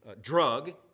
drug